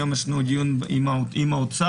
היום יש לנו דיון עם האוצר.